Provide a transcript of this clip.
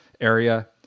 area